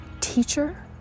teacher